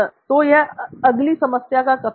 तो यह अगली समस्या का कथन होगा